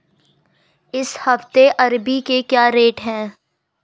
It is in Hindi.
इस हफ्ते अरबी के क्या रेट हैं?